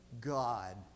God